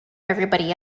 everybody